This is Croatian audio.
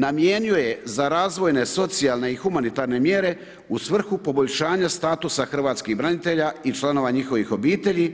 Namijenio je za razvojne, socijalne i humanitarne mjere u svrhu poboljšanja statusa hrvatskih branitelja i članova njihovih obitelji,